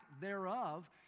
thereof